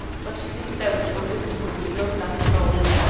but his doubts on this point did not last long.